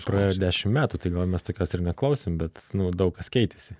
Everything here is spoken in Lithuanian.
praėjo dešim metų tai gal mes tokios ir neklausėm bet daug kas keitėsi